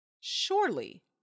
surely